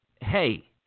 hey